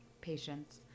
patients